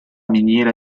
miniera